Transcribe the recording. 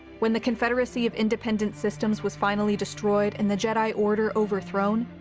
when the confederacy of independent systems was finally destroyed and the jedi order overthrown,